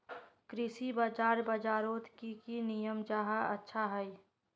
कृषि बाजार बजारोत की की नियम जाहा अच्छा हाई?